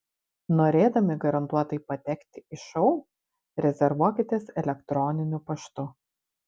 norėdami garantuotai patekti į šou rezervuokitės elektroniniu paštu